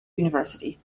university